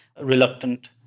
reluctant